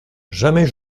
jamais